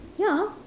ya